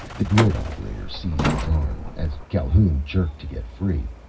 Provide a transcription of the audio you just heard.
the grid operator seized his arm. as calhoun jerked to get free,